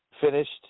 finished